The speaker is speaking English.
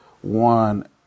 one